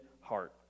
heart